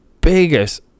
biggest